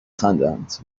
خندند